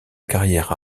carrière